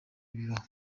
bibaho